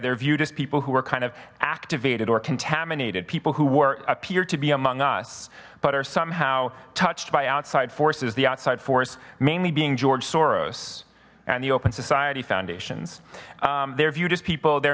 they're viewed as people who were kind of activated or contaminated people who work appear to be among us but are somehow touched by outside forces the outside force mainly being george soros and the open society foundations they're viewed as people their